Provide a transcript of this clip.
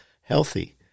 healthy